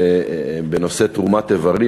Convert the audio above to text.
בנושא תרומת איברים,